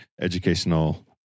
educational